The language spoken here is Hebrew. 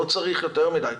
לא צריך יותר מדי,